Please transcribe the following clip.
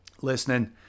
listening